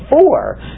four